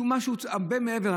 שהוא משהו הרבה מעבר.